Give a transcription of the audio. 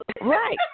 right